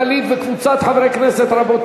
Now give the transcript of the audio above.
כקולקטיב ולמנוע מהם להביע את זעקתם בנושא אחיהם